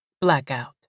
Blackout